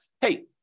hey